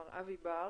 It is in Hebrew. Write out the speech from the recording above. מר אבי בר,